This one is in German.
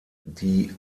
die